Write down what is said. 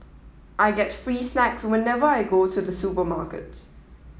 I get free snacks whenever I go to the supermarket